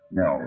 no